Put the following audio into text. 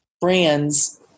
brands